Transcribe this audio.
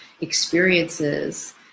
experiences